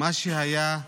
מה שהיה,